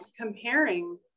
comparing